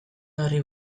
horri